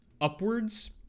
upwards